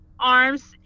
Arms